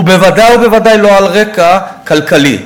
ובוודאי ובוודאי לא על רקע כלכלי.